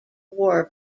war